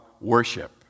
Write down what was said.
worship